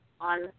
on